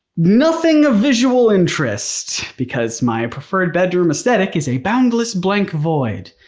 nothing of visual interest because my preferred bedroom aesthetic is a boundless blank void.